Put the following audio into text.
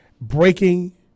breaking